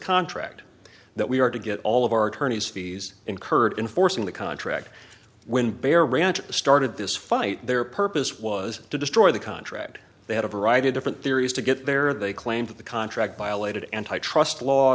contract that we are to get all of our attorney's fees incurred in forcing the contract when bear ranch started this fight their purpose was to destroy the contract they had a variety of different theories to get there they claim that the contract violated antitrust law